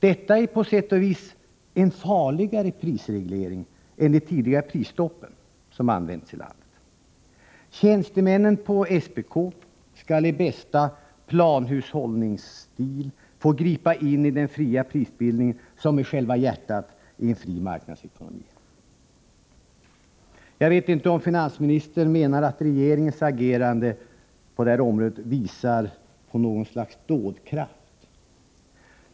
Detta är på sätt och vis en farligare prisreglering än prisstoppen som använts i landet. Tjänstemännen på SPK skall i bästa planhushållningsstil få gripa in i den fria prisbildningen, som är själva hjärtat i en fri marknadsekonomi. Jag vet inte om finansministern menar att regeringens agerande på detta område tyder på något slags dådkraft.